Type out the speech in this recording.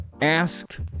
Ask